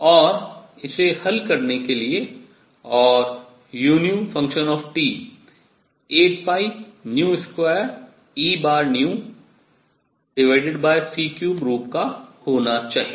और इसे हल करने के लिए और u 82Ec3 रूप का होना चाहिए